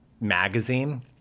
magazine